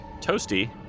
toasty